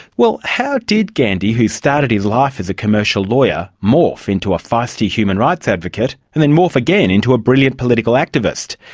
well how did gandhi, who started his life as a commercial lawyer, morph into a feisty human rights advocate and then morph again into a brilliant political activist?